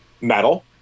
metal